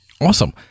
awesome